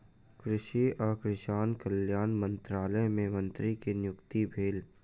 कृषि आ किसान कल्याण मंत्रालय मे मंत्री के नियुक्ति भेल